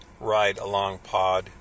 ridealongpod